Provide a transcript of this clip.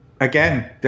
again